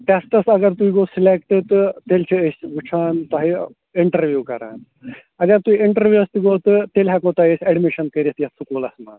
ٹٮ۪سٹَس اگر تُہۍ گوٚو سِلٮ۪کٹ تہٕ تیٚلہِ چھِ أسۍ وٕچھان تۄہہِ اِنٹَروِو کَران اگر تُہۍ اِنٹَروِوَس تہِ گوٚو تہٕ تیٚلہِ ہٮ۪کو تۄہہِ أسۍ اٮ۪ڈمِشن کٔرِتھ یَتھ سکوٗلَس منٛز